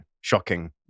shocking